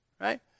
right